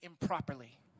improperly